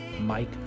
Mike